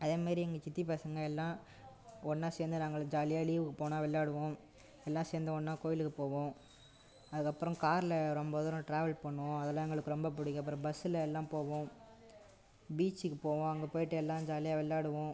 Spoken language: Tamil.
அதேமாரி எங்கள் சித்திப் பசங்கள் எல்லாம் ஒன்னாக சேர்ந்து நாங்கள்லாம் ஜாலியாக லீவுக்குப் போனால் விளாடுவோம் எல்லாம் சேர்ந்து ஒன்னாக கோவிலுக்குப் போவோம் அதுக்கப்புறம் காரில் ரொம்ப தூரம் டிராவல் பண்ணுவோம் அதெல்லாம் எங்களுக்கு ரொம்ப புடிக்கும் அப்புறம் பஸ்ஸில் எல்லாம் போவோம் பீச்சுக்குப் போவோம் அங்கே போய்ட்டு எல்லாம் ஜாலியாக விளாடுவோம்